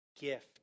gift